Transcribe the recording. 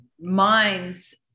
minds